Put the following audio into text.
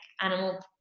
animal